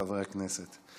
חברי הכנסת.